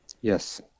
Yes